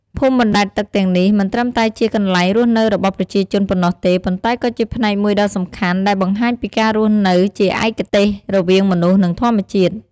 ភូមិបណ្ដែតទឹកទាំងនេះមិនត្រឹមតែជាកន្លែងរស់នៅរបស់ប្រជាជនប៉ុណ្ណោះទេ ប៉ុន្តែក៏ជាផ្នែកមួយដ៏សំខាន់ ដែលបង្ហាញពីការរស់នៅជាឯកទេសរវាងមនុស្ស និងធម្មជាតិ។ ។